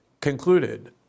concluded